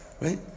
right